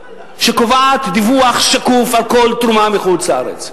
שקובעת דיווח שקוף על כל תרומה מחוץ-לארץ.